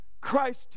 Christ